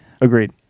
Agreed